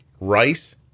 Rice